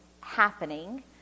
happening